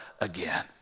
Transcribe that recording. again